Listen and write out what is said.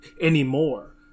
anymore